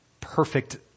perfect